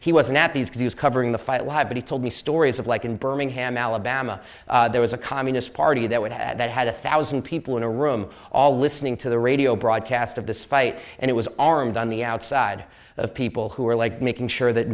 nappies covering the fight live but he told me stories of like in birmingham alabama there was a communist party that would had that had a thousand people in a room all listening to the radio broadcast of this fight and it was armed on the outside of people who were like making sure that